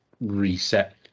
reset